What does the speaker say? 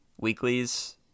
weeklies